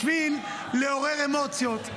בשביל לעורר אמוציות.